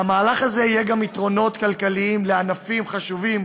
למהלך הזה יהיו גם יתרונות כלכליים לענפים חשובים